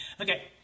Okay